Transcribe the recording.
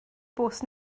bws